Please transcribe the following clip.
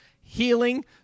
healing